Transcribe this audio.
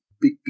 big